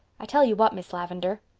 i tell you what, miss lavendar.